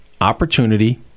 opportunity